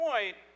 point